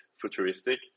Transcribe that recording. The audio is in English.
futuristic